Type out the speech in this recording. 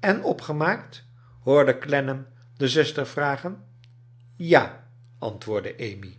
en opgemaakt hoorde clennam de zuster vragen ja antwoordde amy